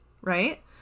right